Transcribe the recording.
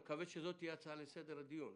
אני מקווה שזו תהיה הצעת לסדר הדיון,